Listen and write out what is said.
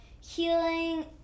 healing